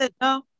no